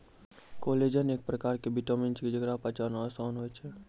collagen एक परकार केरो विटामिन छिकै, जेकरा पचाना आसान होय छै